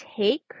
take